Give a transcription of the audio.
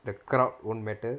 the crowd won't matter